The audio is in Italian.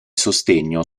sostegno